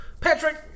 Patrick